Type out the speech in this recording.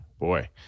Boy